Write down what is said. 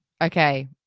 Okay